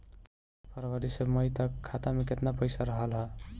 फरवरी से मई तक खाता में केतना पईसा रहल ह?